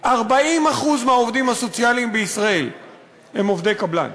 40% מהעובדים הסוציאליים בישראל הם עובדי קבלן,